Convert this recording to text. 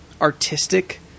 artistic